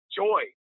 joy